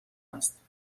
است